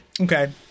Okay